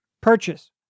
purchase